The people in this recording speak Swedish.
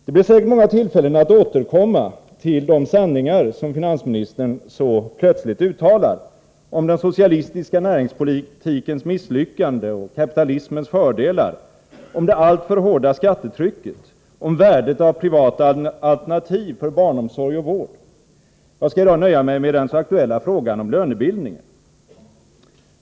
Det blir säkert många tillfällen att återkomma till de sanningar som finansministern så plötsligt uttalar om den socialistiska näringspolitikens misslyckande och kapitalismens fördelar, om det alltför hårda skattetrycket och om värdet av privata alternativ för barnomsorg och vård. Jag skall nu nöja mig med att beröra den i dag så aktuella frågan om lönebildningen.